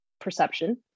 perception